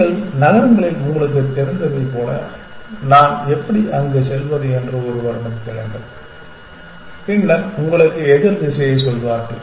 சில நகரங்களில் உங்களுக்குத் தெரிந்ததைப் போல நான் எப்படி அங்கு செல்வது என்று ஒருவரிடம் கேளுங்கள் பின்னர் உங்களுக்கு எதிர் திசையைச் சொல்வார்கள்